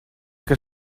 que